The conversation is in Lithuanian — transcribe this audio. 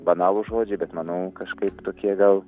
banalūs žodžiai bet manau kažkaip tokie gal